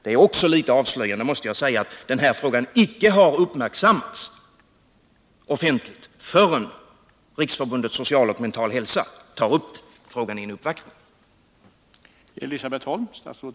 Jag måste säga att det också är litet avslöjande att denna fråga icke har uppmärksammats offentligt förrän Riksförbundet för social och mental hälsa tog upp frågan i en uppvaktning.